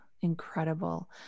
incredible